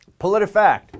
PolitiFact